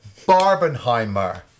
Barbenheimer